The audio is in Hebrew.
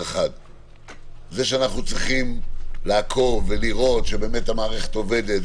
זה שאנחנו צריכים לעקוב ולראות שבאמת המערכת עובדת,